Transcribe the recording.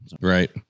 Right